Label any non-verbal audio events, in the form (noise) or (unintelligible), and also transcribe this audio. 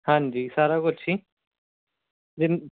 ਹਾਂਜੀ ਸਾਰਾ ਕੁਛ ਹੀ (unintelligible)